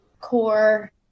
core